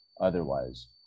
otherwise